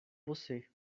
você